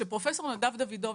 כשפרופ' נדב דווידוביץ',